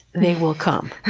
they will come.